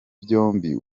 byombi